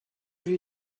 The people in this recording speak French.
lui